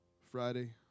Friday